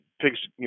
pigs